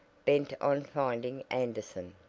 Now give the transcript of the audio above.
bent on finding anderson.